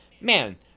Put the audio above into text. man